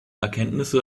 erkenntnisse